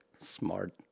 smart